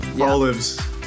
Olives